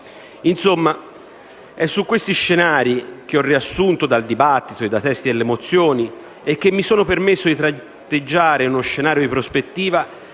Insomma, è su questi scenari che ho riassunto dal dibattito e dai testi delle mozioni e che mi sono permesso di tratteggiare in uno scenario di prospettiva,